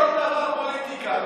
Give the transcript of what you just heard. לא כל דבר הוא פוליטיקה.